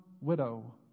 widow